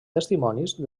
testimonis